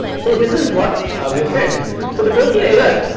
so this is what we have said so the total error.